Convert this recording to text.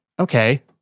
Okay